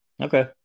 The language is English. Okay